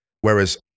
Whereas